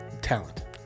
Talent